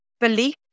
belief